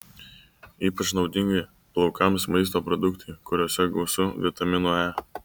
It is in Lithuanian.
ypač naudingi plaukams maisto produktai kuriuose gausu vitamino e